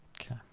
Okay